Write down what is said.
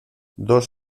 dos